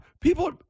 People